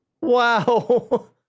wow